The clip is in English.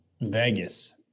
Vegas